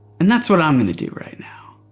and that's what i'm gonna do right now.